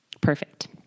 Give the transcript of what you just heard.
perfect